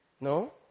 No